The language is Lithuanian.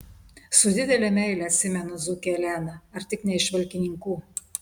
su didele meile atsimenu dzūkę eleną ar tik ne iš valkininkų